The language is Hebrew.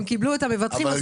הם קיבלו את מה שצריך מהמבטחים,